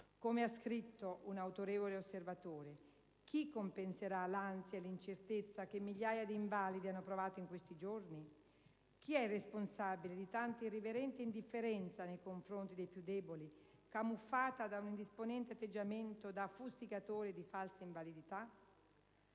Come ha scritto un autorevole osservatore: chi compenserà l'ansia e l'incertezza che migliaia di invalidi hanno provato in questi giorni? Chi è responsabile di tanta irriverente indifferenza nei confronti dei più deboli, camuffata da un indisponente atteggiamento da fustigatore di false invalidità?